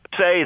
say